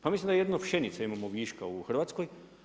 Pa mislim da jedino pšenice imamo viška u Hrvatskoj.